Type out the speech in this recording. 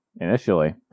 initially